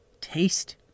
taste